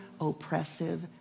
oppressive